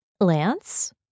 Lance